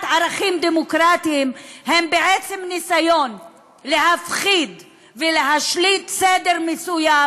ערכים דמוקרטיים הם בעצם ניסיון להפחיד ולהשליט סדר מסוים,